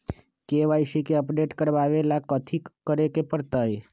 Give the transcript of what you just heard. KYC के update करवावेला कथि करें के परतई?